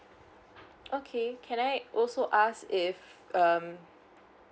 okay can I also ask if um